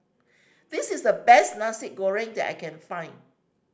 this is the best Nasi Goreng that I can find